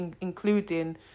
including